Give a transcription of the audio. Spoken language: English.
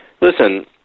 Listen